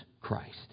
christ